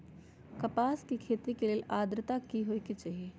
कपास के खेती के लेल अद्रता की होए के चहिऐई?